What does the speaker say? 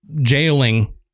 jailing